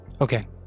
Okay